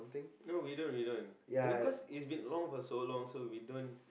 no we don't we don't cause it's been long for so long so we don't